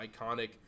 iconic